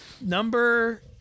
number